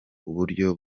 uburyo